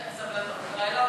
סבלנות.